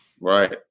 Right